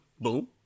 Boom